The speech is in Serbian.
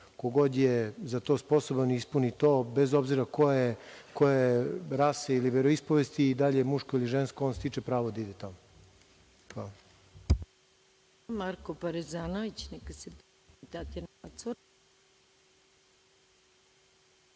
Ko god je za to sposoban i ispuni to, bez obzira koje je rase ili veroispovesti, da li je muško ili žensko, on stiče pravo da ide tamo. Hvala.